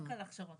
רק על הכשרות.